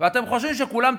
ואתם חושבים שכולם טיפשים,